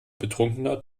betrunkener